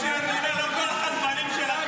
עוד לא התחלתי.